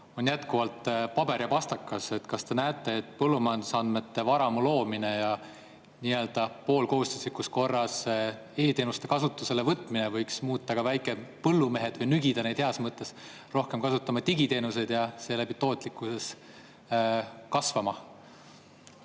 on jätkuvalt paber ja pastakas. Kas te näete, et põllumajandusandmete varamu loomine ja nii-öelda poolkohustuslikus korras e-teenuste kasutusele võtmine võiks heas mõttes nügida ka väikepõllumehi rohkem kasutama digiteenuseid ja seeläbi tootlikkuses kasvama?